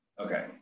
okay